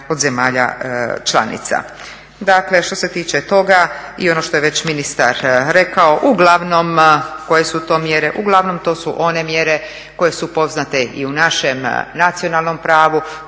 zemalja članica. Dakle što se tiče toga i ono što je već ministar rekao uglavnom koje su to mjere, uglavnom to su one mjere koje su poznate i u našem nacionalnom pravu